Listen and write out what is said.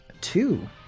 two